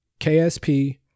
KSP